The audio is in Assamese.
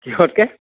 কিহতকে